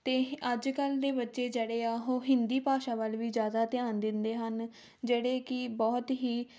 ਅਤੇ ਅੱਜ ਕੱਲ੍ਹ ਦੇ ਬੱਚੇ ਜਿਹੜੇ ਆ ਉਹ ਹਿੰਦੀ ਭਾਸ਼ਾ ਵੱਲ ਵੀ ਜ਼ਿਆਦਾ ਧਿਆਨ ਦਿੰਦੇ ਹਨ ਜਿਹੜੇ ਕਿ ਬਹੁਤ ਹੀ